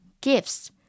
gifts